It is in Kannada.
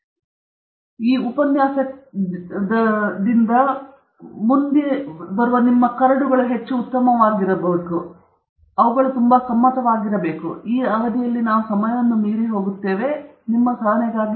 ಇದರಿಂದಾಗಿ ನಿಮ್ಮ ಕರಡುಗಳು ಹೆಚ್ಚು ಉತ್ತಮವಾಗಿದ್ದು ಅವುಗಳು ತುಂಬಾ ಸಮ್ಮತವಾಗಿದೆ